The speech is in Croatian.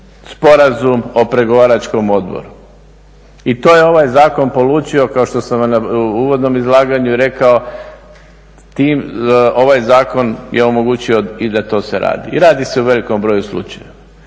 sporazum o pregovaračkom odboru i to je ovaj zakon polučio kao što sam vam na uvodnom izlaganju rekao, ovaj zakon je omogućio i da to se radi i radi se o velikom broju slučajeva.